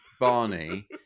Barney